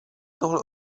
tohle